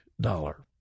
dollar